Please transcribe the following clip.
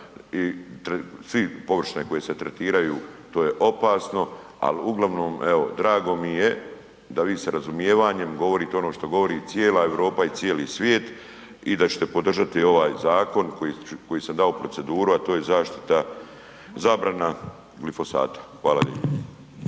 i sve površine koje se tretiraju to je opasno. Ali uglavnom evo drago mi je da vi sa razumijevanjem govorite ono što govori cijela Europa i cijeli svijet i da ćete podržati ovaj zakon koji sam dao u proceduru, a to je zabrana glifosata. Hvala lijepo.